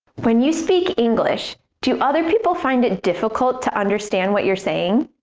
when you speak english, do other people find it difficult to understand what you're saying?